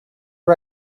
are